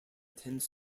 tends